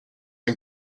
and